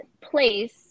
place